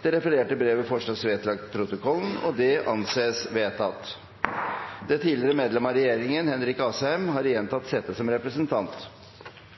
at det refererte brevet vedlegges protokollen. – Det anses vedtatt. Det tidligere medlem av regjeringen, Henrik Asheim , har igjen tatt sete som representant.